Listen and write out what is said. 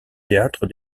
théâtre